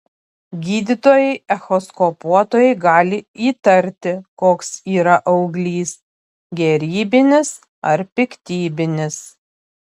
gydytojai echoskopuotojai gali įtarti koks yra auglys gerybinis ar piktybinis